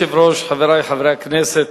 אדוני היושב-ראש, חברי חברי הכנסת,